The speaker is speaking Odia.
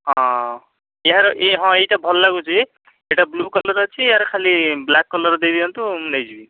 ହଁ ଏହାର ଏ ହଁ ଏଇଟା ଭଲ ଲାଗୁଛି ଏଇଟା ବ୍ଲୁ କଲର୍ ଅଛି ଆର ଖାଲି ବ୍ଲାକ୍ କଲର୍ ଦେଇ ଦିଅନ୍ତୁ ମୁଁ ନେଇଯିବି